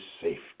safety